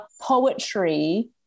poetry